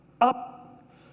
Up